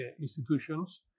institutions